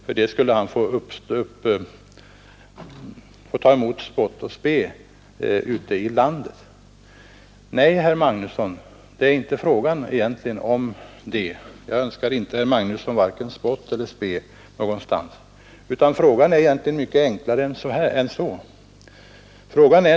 För det skulle han få ta emot spott och spe ute i landet, sade han. Nej, herr Magnusson, det är egentligen inte fråga om det. Jag önskar inte herr Magnusson vare sig spott eller spe. Frågan är egentligen mycket enklare än så.